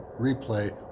replay